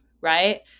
Right